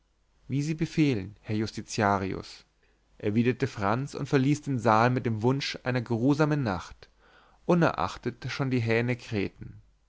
wie sie befehlen herr justitiarius erwiderte franz und verließ den saal mit dem wunsch einer geruhsamen nacht unerachtet schon die hähne krähten